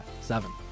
seven